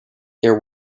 there